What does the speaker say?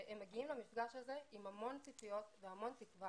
הם מגיעים למפגש הזה עם המון ציפיות והמון תקווה